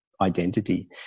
identity